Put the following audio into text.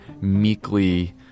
meekly